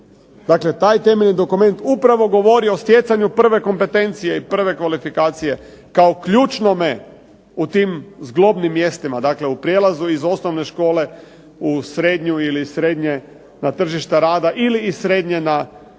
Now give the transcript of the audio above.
Dakle, taj temeljni dokument upravo govori o stjecanju prve kompetencije i prve kvalifikacije kao ključnome u tim zglobnim mjestima. Dakle, u prijelazu iz osnovne škole u srednju ili iz srednje na tržišta rada ili iz srednje na visoko